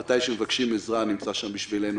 מתי שמבקשים עזרה הוא נמצא שם בשבילנו,